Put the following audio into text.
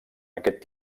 aquest